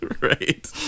right